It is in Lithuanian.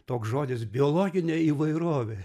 toks žodis biologinė įvairovė